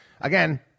again